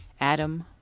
Adam